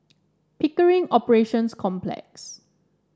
Pickering Operations Complex